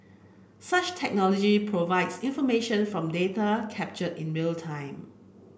such technology provides information from data captured in real time